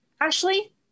Ashley